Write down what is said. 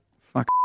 Fuck